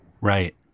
Right